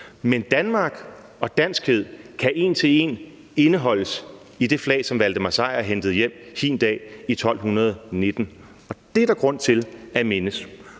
Men Danmark og danskhed kan en til en indeholdes i det flag, som Valdemar Sejr hentede hjem hin dag i 1219. Dét er der grund til at mindes